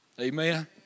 Amen